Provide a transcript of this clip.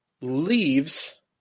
leaves